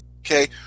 okay